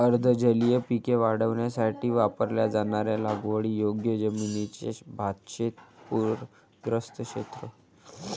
अर्ध जलीय पिके वाढवण्यासाठी वापरल्या जाणाऱ्या लागवडीयोग्य जमिनीचे भातशेत पूरग्रस्त क्षेत्र